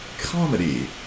comedy